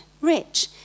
rich